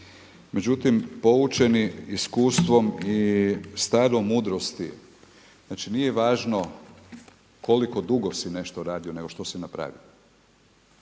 Međutim, poučeni iskustvom i starom mudrosti, znači nije važno koliko dugo si nešto radio nego što si napravio.